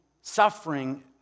suffering